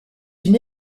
une